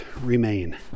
remain